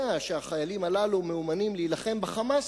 שהחיילים הללו מאומנים להילחם ב"חמאס",